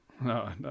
No